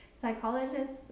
psychologists